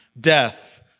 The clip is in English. Death